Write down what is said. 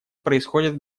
происходят